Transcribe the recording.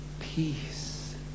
peace